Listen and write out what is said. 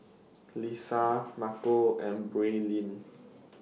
Lissa Marco and Braelyn